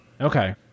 Okay